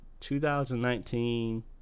2019